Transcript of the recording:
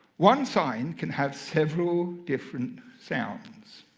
one sign can have several different sounds.